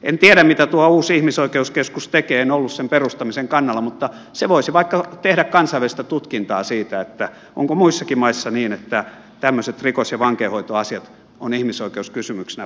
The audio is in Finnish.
en tiedä mitä tuo uusi ihmisoikeuskeskus tekee en ollut sen perustamisen kannalla mutta se voisi vaikka tehdä kansainvälistä tutkintaa siitä onko muissakin maissa niin että tämmöiset rikos ja vankeinhoitoasiat ovat ihmisoikeuskysymyksinä